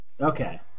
Okay